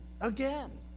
again